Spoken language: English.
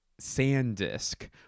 SanDisk